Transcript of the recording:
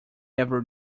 ever